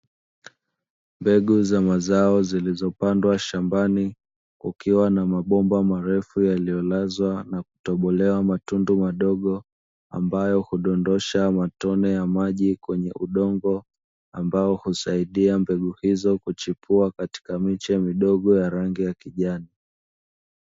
Mbegu za mazao zilizopandwa shambani, kukiwa na mabomba marefu yaliyolazwa na kutobolewa matundu madogo ambayo hudondosha matone ya maji kwenye udongo, ambayo husaidia mbegu hizo kuchipua katika miche midogo ya rangi kijani.